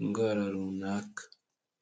indwara runaka.